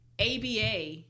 ABA